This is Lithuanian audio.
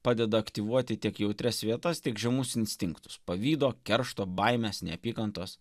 padeda aktyvuoti tiek jautrias vietas tiek žemus instinktus pavydo keršto baimės neapykantos